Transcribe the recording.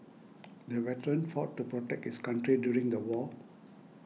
the veteran fought to protect his country during the war